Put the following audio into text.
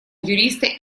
юриста